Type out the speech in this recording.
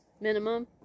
minimum